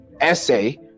essay